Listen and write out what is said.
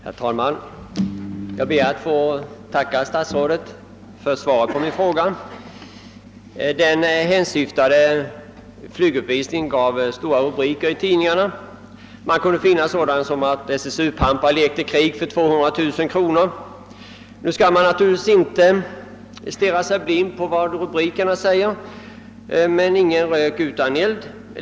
Herr talman! Jag ber att få tacka statsrådet för svaret på min fråga, som gällde en flyguppvisning för en tid sedan som gav stora rubriker i tidningarna. Man kunde läsa att SSU-pampar lekte krig för 200 000 kronor, men nu skall man naturligtvis inte stirra sig blind på vad som står i rubrikerna, men ingen rök utan eld.